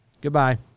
Goodbye